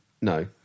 no